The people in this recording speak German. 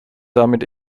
damit